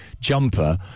jumper